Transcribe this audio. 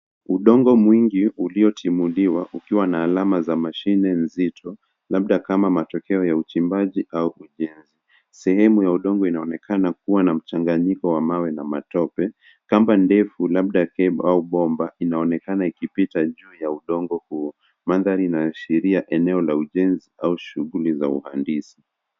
Udongo mwingi uliotimuliwa ukiwa na lama za mashine nzito labda kama matokeo ya uchimbaji au ujenzi. Sehemu ya udongo inaonekana kuwa na mchanganyiko wa mawe na matope. Kamba ndefu labda cable bomba inaonekana ikipita juu ya udongo huo. Mandhari inaashiria eneo la ujenzi aua shughuli za uhandisi.